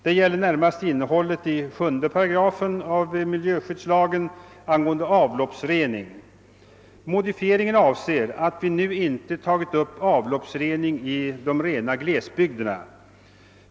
Det gäller närmast innehållet i 7 8 miljöskyddslagen angående avloppsrening. Modifieringen innebär, att vi nu inte tagit upp frågan om avloppsrening i glesbygderna.